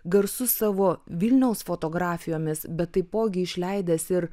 garsus savo vilniaus fotografijomis bet taipogi išleidęs ir